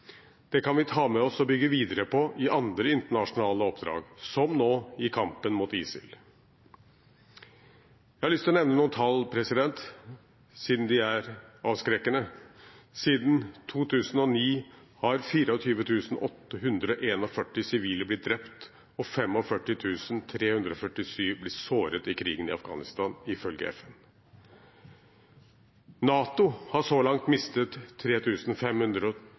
Det kan vi ta med oss og bygge videre på i andre internasjonale oppdrag, som nå i kampen mot ISIL. Jeg har lyst til å nevne noen tall, siden de er avskrekkende. Siden 2009 har 24 841 sivile blitt drept og 45 347 blitt såret i krigen i Afghanistan, ifølge FN. NATO har så langt mistet